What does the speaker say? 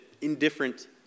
indifferent